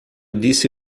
disse